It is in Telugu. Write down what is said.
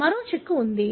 మరో చిక్కు ఉంది